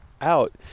out